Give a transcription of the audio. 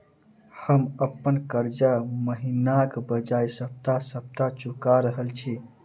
हम अप्पन कर्जा महिनाक बजाय सप्ताह सप्ताह चुका रहल छि